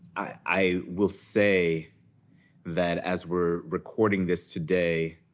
i will say that as we're recording this, today,